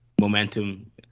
momentum